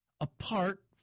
apart